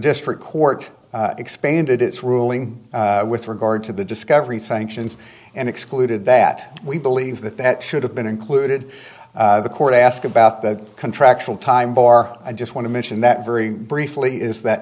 district court expanded its ruling with regard to the discovery sanctions and excluded that we believe that that should have been included the court ask about the contractual time bar i just want to mention that very briefly is that